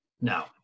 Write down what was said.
Now